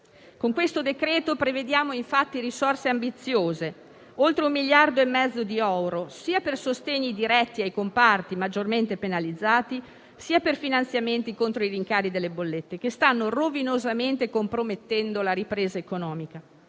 Con questo decreto-legge prevediamo infatti risorse ambiziose, oltre 1,5 miliardi di euro sia per sostegni diretti ai comparti maggiormente penalizzati sia per finanziamenti contro i rincari delle bollette che stanno rovinosamente compromettendo la ripresa economica,